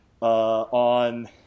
on